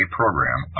program